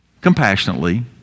compassionately